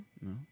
No